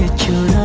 ah to